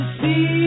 see